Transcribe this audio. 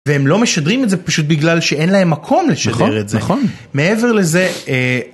והם לא משדרים את זה פשוט בגלל שאין להם מקום לשחרר את זה, מעבר לזה...